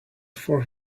for